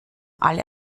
alle